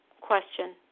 question